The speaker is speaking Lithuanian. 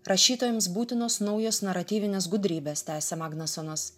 rašytojams būtinos naujos naratyvinės gudrybės tęsė magnasonas